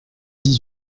dix